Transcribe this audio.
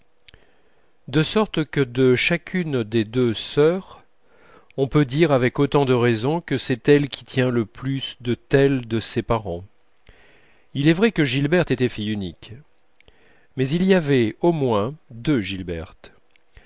de sorte que de chacune des deux sœurs on peut dire avec autant de raison que c'est elle qui tient le plus de tel de ses parents il est vrai que gilberte était fille unique mais il y avait au moins deux gilberte